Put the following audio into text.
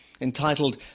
entitled